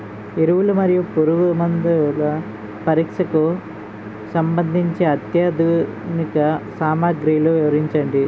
ఎరువులు మరియు పురుగుమందుల పరీక్షకు సంబంధించి అత్యాధునిక సామగ్రిలు వివరించండి?